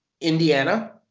Indiana